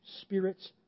Spirit's